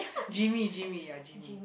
Jimmy Jimmy ya Jimmy